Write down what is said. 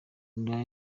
nda